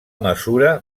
mesura